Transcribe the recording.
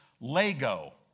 lego